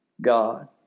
God